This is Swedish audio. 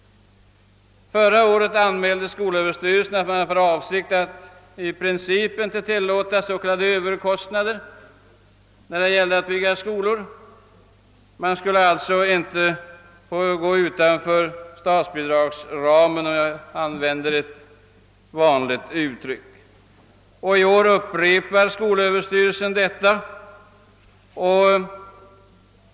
Förra året anmälde skolöverstyrelsen att den hade för avsikt att i princip inte tillåta s.k. överkostnader i samband med skolbyggen. Man skulle alltså inte få gå utanför statsbidragsramen, för att använda ett vanligt uttryck. I år upprepar skolöverstyrelsen denna förmaning.